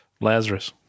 Lazarus